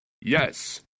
Yes